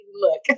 look